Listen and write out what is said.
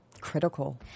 critical